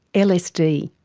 lsd.